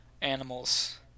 animals